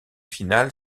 finale